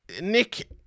Nick